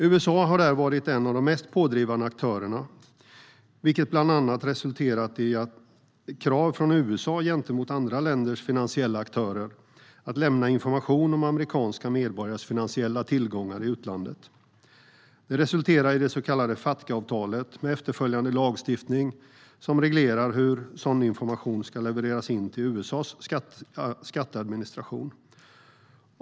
USA har där varit en av de mest pådrivande aktörerna. Det har bland annat resulterat i krav från USA gentemot andra länders finansiella aktörer att lämna information om amerikanska medborgares finansiella tillgångar i utlandet. Det resulterade i det så kallade Fatca-avtalet, med efterföljande lagstiftning som reglerar hur sådan information ska levereras in till USA:s skatteadministration.